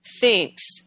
thinks